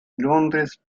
londres